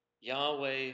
Yahweh